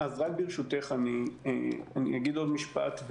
ברשותך, אומר עוד משפט.